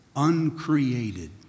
Uncreated